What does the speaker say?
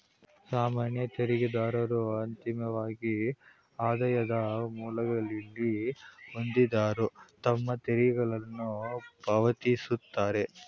ಸಾಮಾನ್ಯ ತೆರಿಗೆದಾರರು ಅಂತಿಮವಾಗಿ ಆದಾಯದ ಮೂಲಗಳಲ್ಲಿ ಒಂದಾದ್ರು ತಮ್ಮ ತೆರಿಗೆಗಳನ್ನ ಪಾವತಿಸುತ್ತಾರೆ